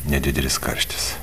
nedidelis karštis